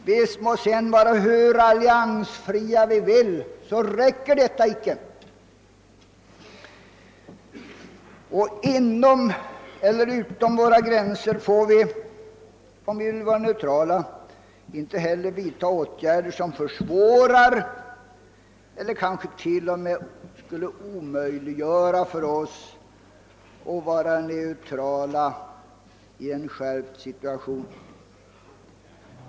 Vi må sedan vara hur alliansfria vi vill; detta räcker ändå icke för neutralitet. Inom eller utom våra gränser får vi, om vi vill vara neutrala, inte heller vidta åtgärder som försvårar eller kanske till och med skulle kunna omöjliggöra för oss att vara neutrala i en skärpt situation.